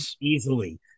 easily